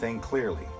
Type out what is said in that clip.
clearly